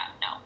no